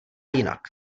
jinak